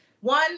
one